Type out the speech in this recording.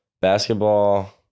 Basketball